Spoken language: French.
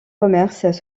commerces